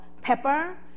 Pepper